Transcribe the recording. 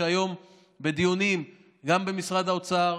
שהיום היא בדיונים גם במשרד האוצר,